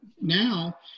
now